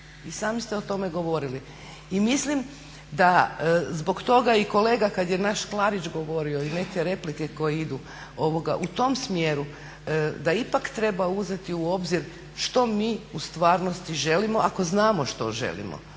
I sami ste o tome govorili. I mislim da zbog toga i kolega kad je naš Klarić govorio i neke replike koje idu u tom smjeru da ipak treba uzeti u obzir što mi u stvarnosti želimo, ako znamo što želimo,